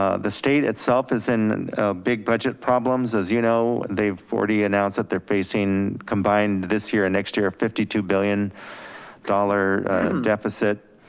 ah the state itself is in big budget problems. as you know, they've already announced that they're facing combined this year, and next year, fifty two billion dollars deficit,